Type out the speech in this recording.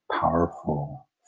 powerful